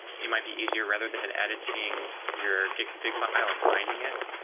it might be easier, rather than than editing your get config file and finding it.